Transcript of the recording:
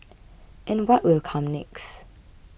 and what will come next